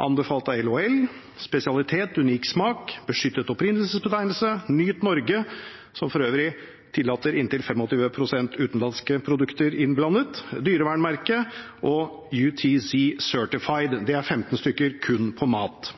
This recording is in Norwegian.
Anbefales av LHL, Spesialitet Unik Smak, beskyttet opprinnelsesbetegnelse, Nyt Norge – som for øvrig tillater inntil 25 pst. utenlandske produkter innblandet – Dyrevernmerket og UTZ Certified. Det er 15 stykker kun på mat,